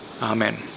Amen